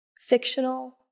Fictional